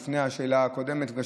לפני השאלה הקודמת.